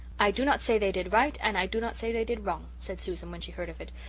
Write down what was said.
i do not say they did right and i do not say they did wrong, said susan, when she heard of it.